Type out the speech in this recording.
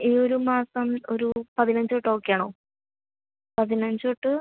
ഈ ഒരു മാസം ഒരു പതിനഞ്ച് തൊട്ട് ഓക്കെ ആണോ പതിനഞ്ച് തൊട്ട്